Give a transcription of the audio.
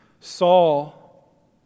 Saul